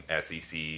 SEC